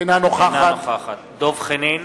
אינה נוכחת דב חנין,